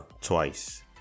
twice